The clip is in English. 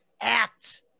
act